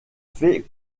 fait